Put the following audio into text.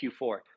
Q4